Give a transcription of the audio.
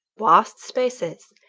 vast spaces,